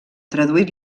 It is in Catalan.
traduït